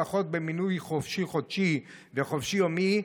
הנחות במינוי חופשי-חודשי וחופשי-יומי,